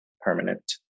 permanent